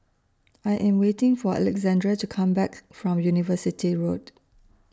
I Am waiting For Alexandra to Come Back from University Road